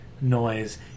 noise